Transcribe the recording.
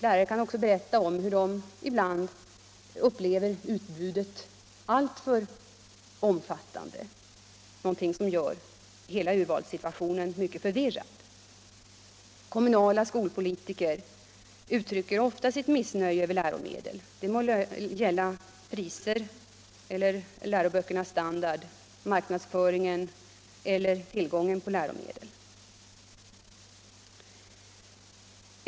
Lärare kan också berätta om hur de ibland upplever utbudet alltför omfattande, någonting som gör hela urvalssituationen mycket förvirrad. Kommunala skolpolitiker uttrycker ofta sitt missnöje över läromedel. Det må gälla priser eller läroböckernas standard, marknadsföringen eller tillgången på läromedel.